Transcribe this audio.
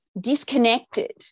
disconnected